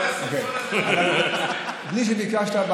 בלי שביקשת,